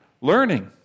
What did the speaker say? learning